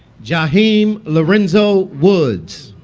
jiheem lorenzo woods